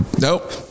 Nope